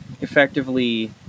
effectively